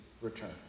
return